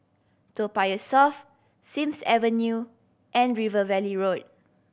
Toa Payoh South Sims Avenue and River Valley Road